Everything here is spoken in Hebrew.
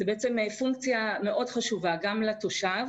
זאת בעצם פונקציה מאוד חשובה גם לתושב